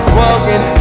walking